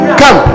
come